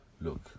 look